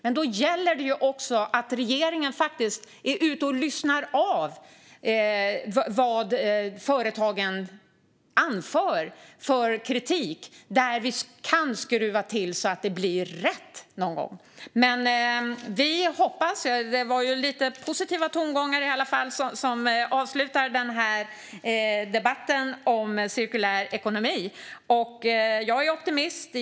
Men då gäller det också att regeringen lyssnar av vad företagen anför för kritik och, där den kan, skruvar till så att det blir rätt någon gång. Men vi hoppas; det är ju i alla fall lite positiva tongångar som avslutar denna debatt om cirkulär ekonomi. Jag är optimist.